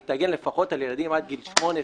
היא תגן לפחות על ילדים עד גיל שמונה,